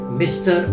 mr